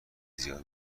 زیاد